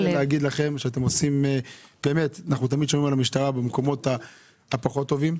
אני רוצה לומר תמיד שומעים על המשטרה במקומות הפחות טובים,